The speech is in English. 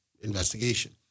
investigation